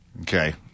Okay